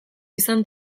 izan